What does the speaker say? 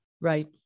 Right